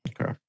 Okay